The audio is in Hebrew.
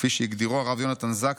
כפי שהגדירו הרב יונתן זקס,